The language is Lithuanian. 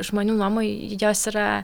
žmonių nuomų jos yra